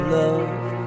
love